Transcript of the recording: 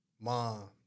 mom